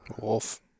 wolf